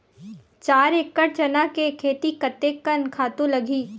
चार एकड़ चना के खेती कतेकन खातु लगही?